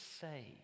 say